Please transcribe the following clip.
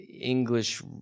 English